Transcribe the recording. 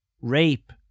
Rape